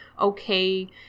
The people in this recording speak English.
okay